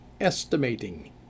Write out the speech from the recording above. estimating